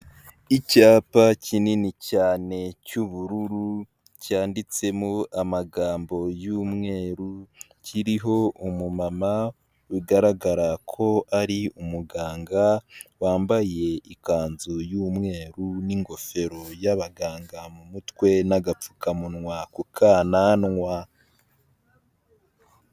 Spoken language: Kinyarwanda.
Icyapa kinini cyane cy'ubururu cyanditsemo amagambo y'umweru, kiriho umumama bigaragara ko ari umuganga wambaye ikanzu y'umweru n'ingofero y'abaganga mu mutwe n'agapfukamunwa ku kananwa.